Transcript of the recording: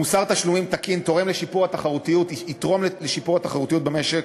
מוסר תשלומים תקין יתרום לשיפור התחרותיות במשק,